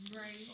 Right